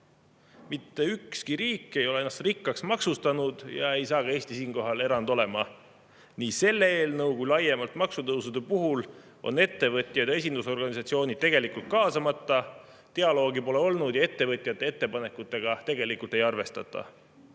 Mitte ükski riik ei ole ennast rikkaks maksustanud ja ka Eesti ei saa siin erand olla. Nii selle eelnõu kui ka laiemalt maksutõusude puhul on ettevõtjad ja esindusorganisatsioonid jäänud kaasamata, dialoogi pole olnud ja ettevõtjate ettepanekutega tegelikult ei arvestata.